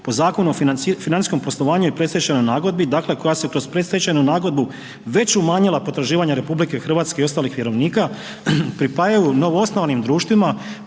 po Zakonu o financijskom poslovanju i predstečajnoj nagodi, dakle koja se kroz predstečajnu nagodbu već umanjila potraživanja RH i ostalih vjerovnika pripajaju novoosnovanim društvima